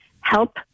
help